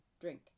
drink